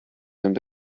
into